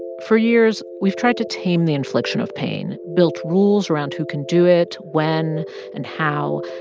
for years, we've tried to tame the infliction of pain, built rules around who can do it, when and how.